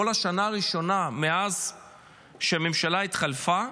כל השנה הראשונה מאז שהממשלה התחלפה,